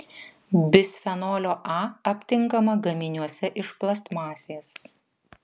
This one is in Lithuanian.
bisfenolio a aptinkama gaminiuose iš plastmasės